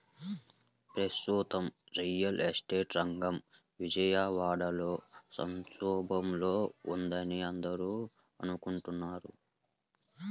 ప్రస్తుతం real estate రంగం విజయవాడలో సంక్షోభంలో ఉందని అందరూ అనుకుంటున్నారు